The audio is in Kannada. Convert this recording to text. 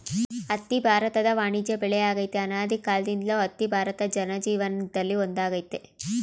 ಹತ್ತಿ ಭಾರತದ ವಾಣಿಜ್ಯ ಬೆಳೆಯಾಗಯ್ತೆ ಅನಾದಿಕಾಲ್ದಿಂದಲೂ ಹತ್ತಿ ಭಾರತ ಜನಜೀವನ್ದಲ್ಲಿ ಒಂದಾಗೈತೆ